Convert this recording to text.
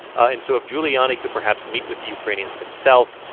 and so if giuliani could, perhaps, meet with the ukrainians himself,